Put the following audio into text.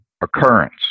occurrence